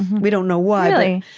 we don't know why really?